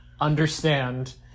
understand